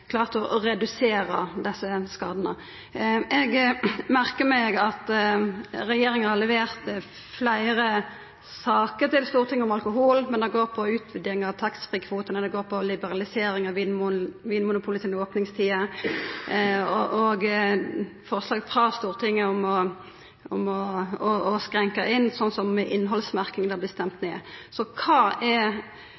klart å redusera desse skadane. Eg merkar meg at regjeringa har levert fleire saker om alkohol til Stortinget, men det går på utviding av taxfree-kvoten og på liberalisering av Vinmonopolet sine opningstider, og forslag frå Stortinget om å skrenka inn, som innhaldsmerkinga, har vorte stemt